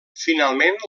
finalment